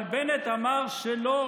אבל בנט אמר שלא,